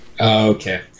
Okay